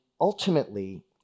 ultimately